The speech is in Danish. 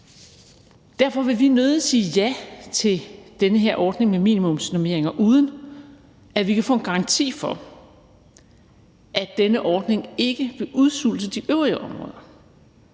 Derfor vil vi nødig sige ja til den her ordning med minimumsnormeringer, uden at vi kan få en garanti for, at denne ordning ikke vil udsulte de øvrige områder.